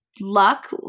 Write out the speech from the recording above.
luck